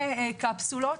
בקפסולות